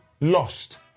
lost